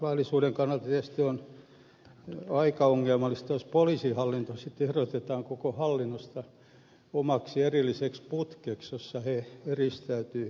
laillisuuden kannalta tietysti on aika ongelmallista jos poliisihallinto sitten erotetaan koko hallinnosta omaksi erilliseksi putkeksi jossa se eristäytyy yhteiskunnasta